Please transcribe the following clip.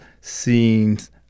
scenes